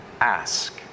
Ask